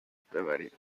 ببرید